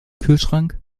kühlschrank